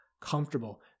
comfortable